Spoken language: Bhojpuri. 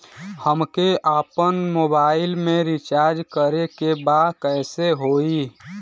हमके आपन मोबाइल मे रिचार्ज करे के बा कैसे होई?